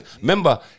Remember